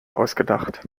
ausgedacht